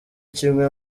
kimwe